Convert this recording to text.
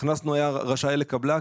הכנסנו 'היה רשאי לקבלה',